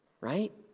right